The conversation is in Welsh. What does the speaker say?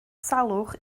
salwch